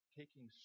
taking